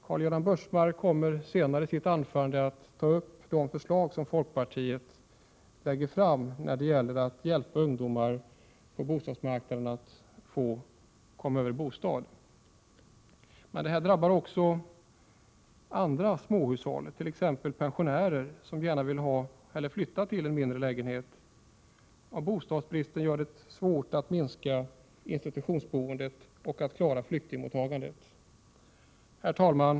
Karl-Göran Biörsmark kommer senare att i sitt anförande ta upp de förslag som folkpartiet lägger fram när det gäller att hjälpa ungdomar på bostadsmarknaden att komma över bostad. Men det här drabbar också andra småhushåll, t.ex. pensionärer som gärna vill flytta till en mindre lägenhet. Bostadsbristen gör det svårt att minska institutionsboendet och att klara flyktingmottagandet. Herr talman!